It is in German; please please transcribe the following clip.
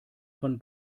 von